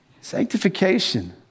Sanctification